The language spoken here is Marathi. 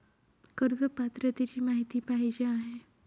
कर्ज पात्रतेची माहिती पाहिजे आहे?